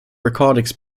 recordings